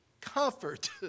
comfort